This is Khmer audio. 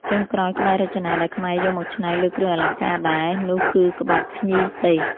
ចុងក្រោយ ក្បាច់រចនាដែលខ្មែរយកមកច្នៃលើគ្រឿងអលង្ការដែរ នោះគឺក្បាច់ភ្ញីទេស។